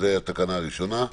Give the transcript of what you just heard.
זו התקנה הראשונה.